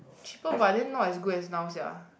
cheaper but then not as good as now sia